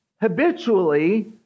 habitually